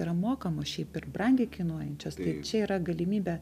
yra mokamos šiaip ir brangiai kainuojančios čia yra galimybė